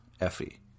Effie